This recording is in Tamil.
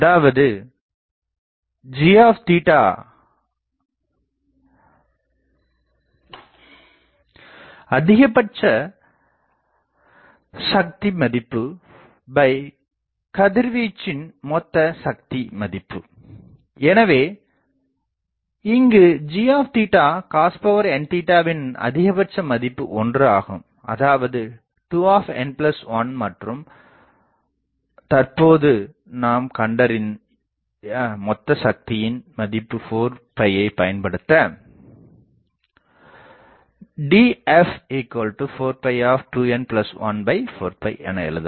அதாவது Dfg அதிகபட்ச மதிப்பு கதிர்வீச்சின் மொத்த சக்தி எனவே இங்கு g cosn வீன் அதிகபட்சமதிப்பு 1 ஆகும் அதாவது 2n1 மற்றும் தற்போது நாம் கண்டறிய மொத்த சக்தியின் மதிப்பு 4 பயன்படுத்த Df4 2n1 4 என எழுதலாம்